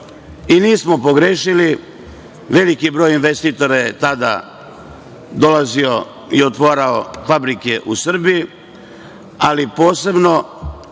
i nismo pogrešili, velik broj investitora je tada dolazio i otvarao fabrike u Srbiji, ali posebno